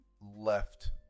left